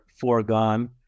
foregone